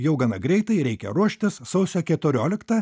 jau gana greitai reikia ruoštis sausio keturioliktą